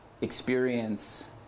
experience